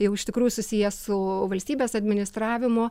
jau iš tikrųjų susiję su valstybės administravimo